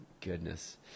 goodness